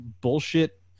bullshit